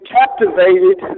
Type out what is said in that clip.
captivated